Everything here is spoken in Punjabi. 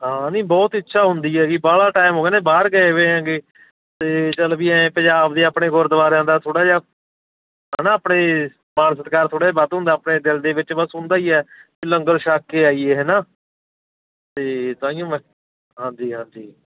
ਹਾਂ ਨਹੀਂ ਬਹੁਤ ਇੱਛਾ ਹੁੰਦੀ ਹੈ ਜੀ ਬਾਹਲਾ ਟਾਈਮ ਹੋ ਗਿਆ ਨੇ ਬਾਹਰ ਗਏ ਹੋਏ ਐਗੇ ਅਤੇ ਚੱਲ ਵੀ ਐਂ ਪੰਜਾਬ ਦੇ ਆਪਣੇ ਗੁਰਦੁਆਰਿਆਂ ਦਾ ਥੋੜ੍ਹਾ ਜਿਹਾ ਹੈ ਨਾ ਆਪਣੇ ਮਾਣ ਸਤਿਕਾਰ ਥੋੜ੍ਹਾ ਜਿਹਾ ਵੱਧ ਹੁੰਦਾ ਆਪਣੇ ਦਿਲ ਦੇ ਵਿੱਚ ਬਸ ਹੁੰਦਾ ਹੀ ਹੈ ਲੰਗਰ ਛਕ ਕੇ ਆਈਏ ਹੈ ਨਾ ਅਤੇ ਤਾਂ ਹੀ ਮੈਂ ਹਾਂਜੀ ਹਾਂਜੀ